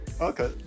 Okay